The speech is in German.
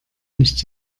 nicht